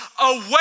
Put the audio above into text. away